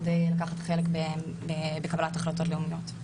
כדי לקחת חלק בקבלת החלטות לאומיות.